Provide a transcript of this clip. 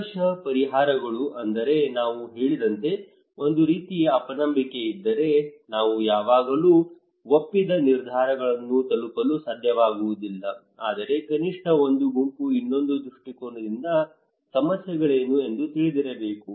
ಸಂಘರ್ಷ ಪರಿಹಾರಗಳು ಅಂದರೆ ನಾನು ಹೇಳಿದಂತೆ ಒಂದು ರೀತಿಯ ಅಪನಂಬಿಕೆ ಇದ್ದರೆ ನಾವು ಯಾವಾಗಲೂ ಒಪ್ಪಿದ ನಿರ್ಧಾರಗಳನ್ನು ತಲುಪಲು ಸಾಧ್ಯವಾಗುವುದಿಲ್ಲ ಆದರೆ ಕನಿಷ್ಠ ಒಂದು ಗುಂಪು ಇನ್ನೊಂದು ದೃಷ್ಟಿಕೋನದಿಂದ ಸಮಸ್ಯೆಗಳೇನು ಎಂದು ತಿಳಿದಿರಬೇಕು